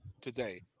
today